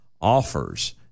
offers